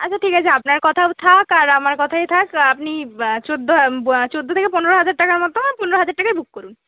আচ্ছা ঠিক আছে আপনার কথাও থাক আর আমার কথাই থাক আপনি চৌদ্দো চৌদ্দো থেকে পনেরো হাজার টাকার মতো পনেরো হাজার টাকায় বুক করুন